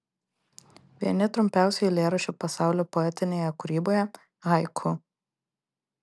vieni trumpiausių eilėraščių pasaulio poetinėje kūryboje haiku